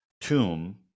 tomb